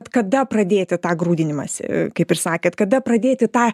kada pradėti tą grūdinimąsi kaip ir sakėt kada pradėti tą